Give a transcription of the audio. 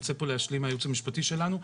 היועץ המשפטי שלנו,